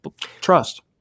Trust